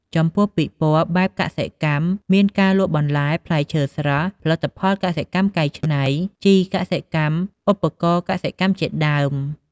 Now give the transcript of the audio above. ចំពោះពិព័រណ៍បែបកសិកម្ម មានការលក់បន្លែ ផ្លែឈើស្រស់ ផលិតផលកសិកម្មកែច្នៃ ជីកសិកម្ម ឧបករណ៍កសិកម្មជាដើម។